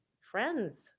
Friends